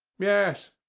yes.